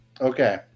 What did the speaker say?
Okay